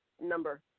number